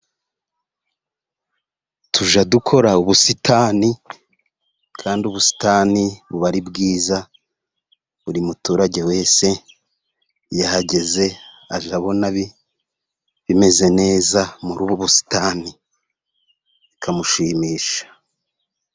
Tujya dukora ubusitani, kandi ubusitani buba ari bwiza, buri muturage wese iyo ahageze, abona bimeze neza muri ubu busitani, bikamushimisha.